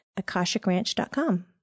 AkashicRanch.com